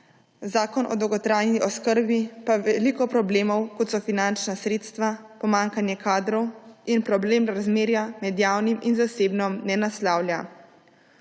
Zakon o dolgotrajni oskrbi pa veliko problemov, kot so finančna sredstva, pomanjkanje kadrov in problem razmerja med javnim in zasebno, ne naslavlja.